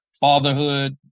fatherhood